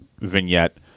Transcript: vignette